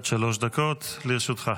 בבקשה, עד שלוש דקות לרשותך.